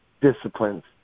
disciplines